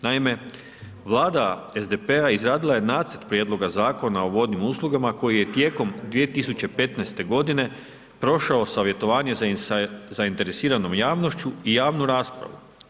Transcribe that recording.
Naime, Vlada SDP-a izradila je nacrt prijedloga Zakona o vodnim uslugama, koji je tijekom 2015. g. prošao savjetovanja sa zainteresiranom javnošću i javnu raspravu.